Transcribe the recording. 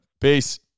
Peace